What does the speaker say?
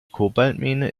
kobaltmine